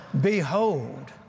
Behold